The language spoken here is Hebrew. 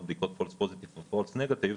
בדיקותfalse positive או false negative,